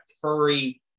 furry